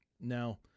Now